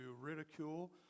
ridicule